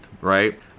right